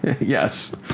Yes